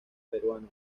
peruano